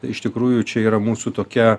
iš tikrųjų čia yra mūsų tokia